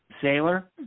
sailor